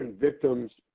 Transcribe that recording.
victims,